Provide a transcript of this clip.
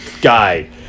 guy